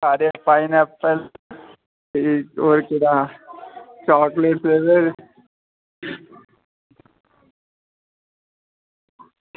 सारे पाईनएप्पल होर केह्ड़ा चॉकलेट फ्लेवर